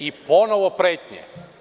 I ponovo pretnje.